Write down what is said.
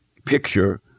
picture